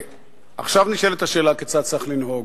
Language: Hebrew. עכשיו נשאלת השאלה כיצד צריך לנהוג.